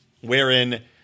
wherein